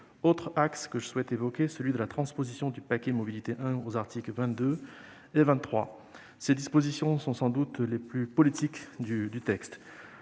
incombe ... Je souhaite également évoquer la transposition du paquet mobilité I aux articles 22 et 23. Ces dispositions sont sans doute les plus « politiques » du texte.